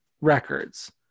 records